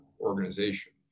organization